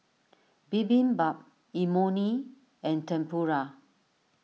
Bibimbap Imoni and Tempura